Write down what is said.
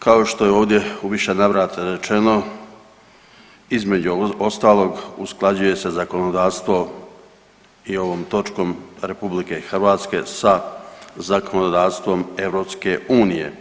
Kao što je ovdje u više navrata rečeno, između ostalog usklađuje se zakonodavstvo i ovom točkom RH sa zakonodavstvom EU.